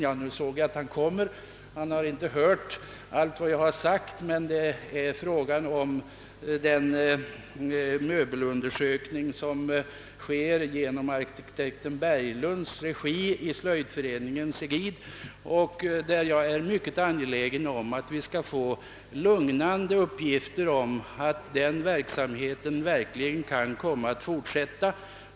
Jag ser emellertid nu att han just anländer, och därför vill jag upprepa att det är fråga om den möbelundersökning som pågår inom Slöjdföreningen i arkitekt Berglunds regi och att jag är mycket angelägen om att vi skall få lugnande uppgifter om att den verksamheten kan fortsätta.